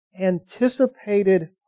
anticipated